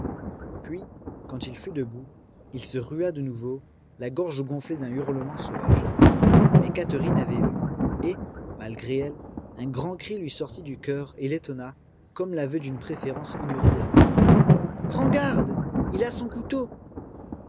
puis quand il fut debout il se rua de nouveau la gorge gonflée d'un hurlement sauvage mais catherine avait vu et malgré elle un grand cri lui sortit du coeur et l'étonna comme l'aveu d'une préférence ignorée d'elle-même prends garde il a son couteau